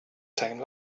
same